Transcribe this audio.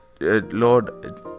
lord